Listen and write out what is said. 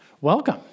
Welcome